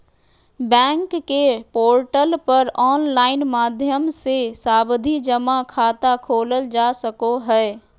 bank के portal पर online माध्यम से सावधि जमा खाता खोलल जा सको हय